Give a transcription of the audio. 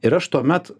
ir aš tuomet